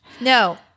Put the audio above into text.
No